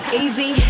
easy